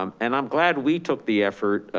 um and i'm glad we took the effort